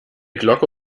glocke